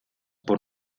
por